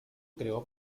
creó